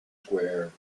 square